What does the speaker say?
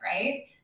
right